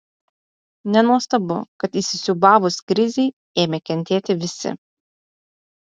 nenuostabu kad įsisiūbavus krizei ėmė kentėti visi